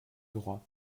droit